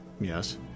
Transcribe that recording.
Yes